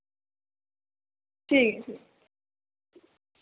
ठीक ठीक